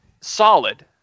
solid